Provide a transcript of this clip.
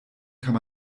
kann